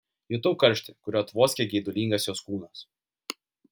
jutau karštį kuriuo tvoskė geidulingas jos kūnas